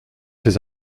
ses